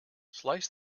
slice